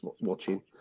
watching